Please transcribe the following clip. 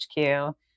HQ